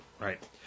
Right